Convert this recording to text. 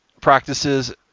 practices